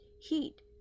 heat